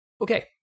Okay